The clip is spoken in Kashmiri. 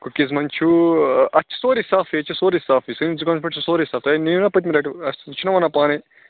کُکیٖز منٛز چھُو اَتھ چھِ سورُے صاف ییٚتہِ چھُ سورُے صافٕے سٲنِس دُکانَس پٮ۪ٹھ چھُ سورُے صاف تۄہہِ نِیو نا پٔتمہِ لَٹہِ اَسہِ چھُو نا وَنان پانٕے